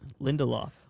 Lindelof